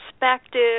perspective